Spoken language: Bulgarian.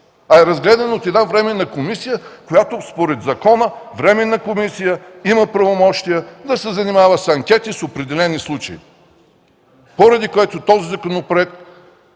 а е разгледан от временна комисия. Според закона една временна комисия има правомощия да се занимава с анкети, с определени случаи. Призовавам колегите, този законопроект